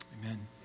Amen